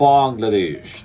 Bangladesh